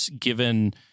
given